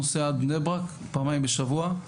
נוסע עד בני ברק פעמיים בשבוע.